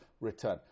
return